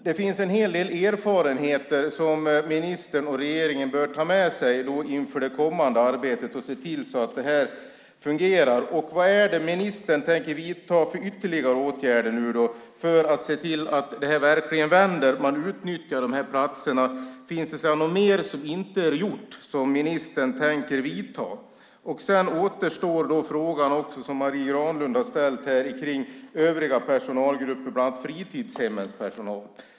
Det finns en hel del erfarenheter som ministern och regeringen bör ta med sig inför det kommande arbetet för att se till att det fungerar. Vilka ytterligare åtgärder tänker ministern vidta för att se till att det verkligen vänder och man utnyttjar platserna? Finns det något mer som inte är gjort som ministern tänker göra? Den fråga som Marie Granlund ställde om övriga personalgrupper, bland annat fritidshemmens personal, återstår.